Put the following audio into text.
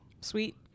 Sweet